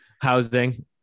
Housing